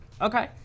okay